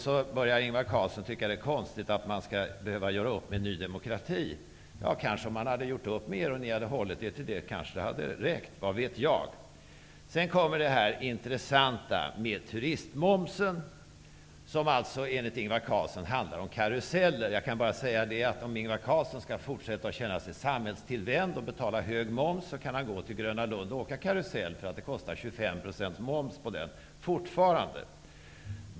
Så börjar Ingvar Carlsson tycka att det är konstigt att man skall behöva göra upp med Ny demokrati. Om vi hade gjort upp med er och ni hade hållit er till det, kanske det hade räckt -- vad vet jag! Sedan till det intressanta med turistmomsen, som alltså enligt Ingvar Carlsson handlar om karuseller. Om Ingvar Carlsson skall fortsätta att känna sig samhällstillvänd och betala hög moms, kan han gå till Gröna Lund och åka karusell. Det är fortfarande 25 % moms på det.